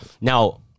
now